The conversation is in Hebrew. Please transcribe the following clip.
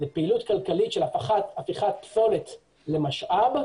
ופעילות כלכלית של הפיכת פסולת למשאב,